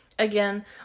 Again